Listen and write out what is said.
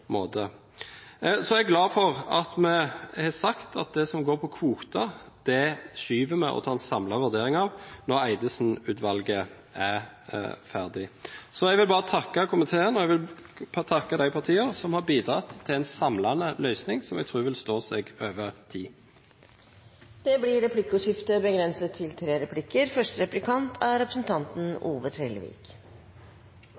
Så er jeg glad for at vi har sagt at det som går på kvoter, skyver vi på og tar en samlet vurdering av når Eidesen-utvalget er ferdig. Jeg vil takke komiteen, og jeg vil takke de partiene som har bidratt til en samlende løsning, som jeg tror vil stå seg over tid. Det blir replikkordskifte. Regjeringa har fremja forslag om å regionalisera leveringsplikta i tre